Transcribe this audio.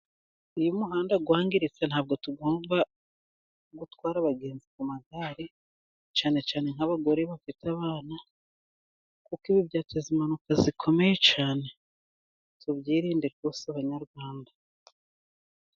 Iyo umuhanda wangiritse, ntabwo tugomba gutwara abagenzi ku magare, cyane cyane nk'abagore bafite abana, kuko ibi byateza impanuka zikomeye cyane, tubyirinde rwose abanyarwanda.